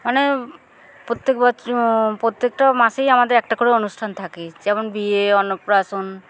মানে প্রত্যেক বছ প্রত্যেকটা মাসেই আমাদের একটা করে অনুষ্ঠান থাকে যেমন বিয়ে অন্নপ্রাশন